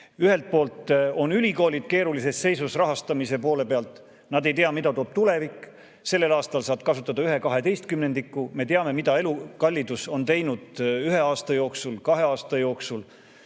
Ühest küljest on ülikoolid keerulises seisus rahastamise poole pealt, nad ei tea, mida toob tulevik. Sellel aastal saad kasutada ühe kaheteistkümnendiku, aga me teame, mida elukallidus on teinud ühe aasta jooksul, kahe aasta jooksul.